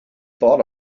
thought